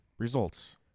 Results